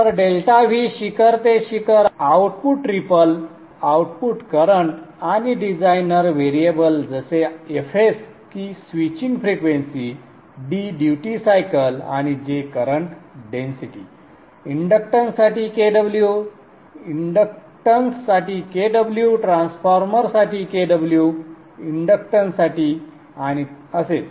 तर V शिखर ते शिखर संदर्भ वेळ 2241 आउटपुट रिपल आउटपुट करंट आणि डिझायनर व्हेरिएबल जसे fs की switching frequency d duty cycle आणि J करंट डेन्सिटी इंडक्टन्ससाठी Kw इंडक्टन्ससाठी Kw ट्रान्सफॉर्मरसाठी Kw इंडक्टन्ससाठी आणि असेच